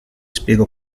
spiego